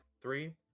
Three